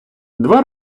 два